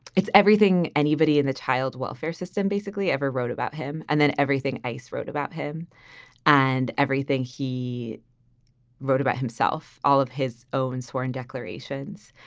it's everything. anybody in the child welfare system basically ever wrote about him and then everything. ice wrote about him and everything he wrote about himself. all of his own sworn declarations.